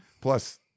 Plus